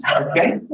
okay